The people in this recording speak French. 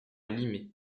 limay